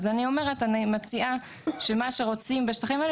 אז אני אומרת שאני מציעה שמה שרוצים בשטחים האלה